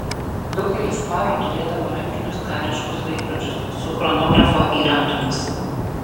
daugelis farų turėdavo rankinius kariškus laikrodžius su chronografo įrantomis